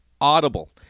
audible